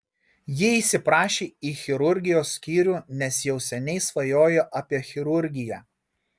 ji įsiprašė į chirurgijos skyrių nes jau seniai svajojo apie chirurgiją